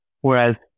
Whereas